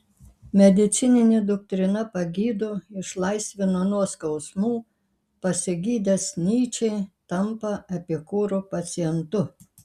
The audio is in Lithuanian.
medicininė doktrina pagydo išlaisvina nuo skausmų pasigydęs nyčė tampa epikūro pacientu